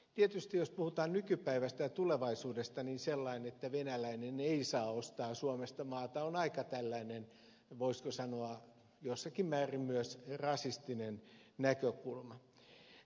tietysti jos puhutaan nykypäivästä ja tulevaisuudesta niin näkökulma että venäläinen ei saa ostaa suomesta maata on voisiko sanoa jossakin määrin myös rasistinen näkökulma